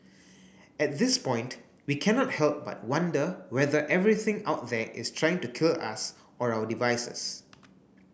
at this point we cannot help but wonder whether everything out there is trying to kill us or our devices